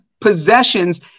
possessions